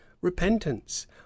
repentance